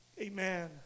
Amen